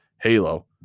Halo